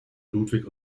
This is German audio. ludwig